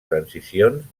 transicions